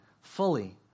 fully